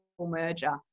merger